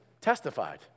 testified